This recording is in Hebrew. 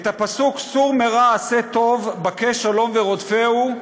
את הפסוק: "סור מרע ועשה טוב בקש שלום ורדפהו",